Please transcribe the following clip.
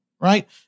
right